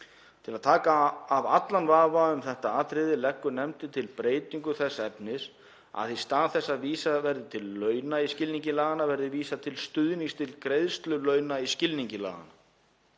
Til að taka af allan vafa um þetta atriði leggur nefndin til breytingu þess efnis að í stað þess að vísað verði til launa í skilningi laganna verði vísað til stuðnings til greiðslu launa í skilningi laganna.